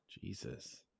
Jesus